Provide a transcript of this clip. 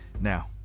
Now